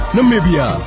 Namibia